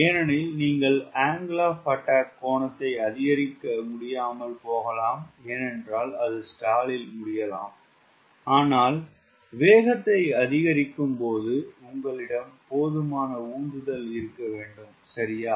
ஏனெனில் நீங்கள் angle of attack கோணத்தை அதிகரிக்க முடியாமல் போகலாம் ஏனென்றால் அது ஸ்டாலில் முடியலாம் ஆனால் வேகத்தை அதிகரிக்கும் போது உங்களிடம் போதுமான உந்துதல் இருக்க வேண்டும் சரியா